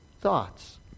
thoughts